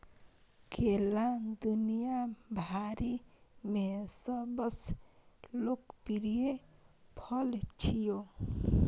केला दुनिया भरि मे सबसं लोकप्रिय फल छियै